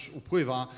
upływa